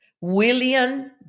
William